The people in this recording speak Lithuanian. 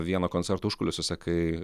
vieno koncerto užkulisiuose kai